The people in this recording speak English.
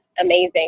amazing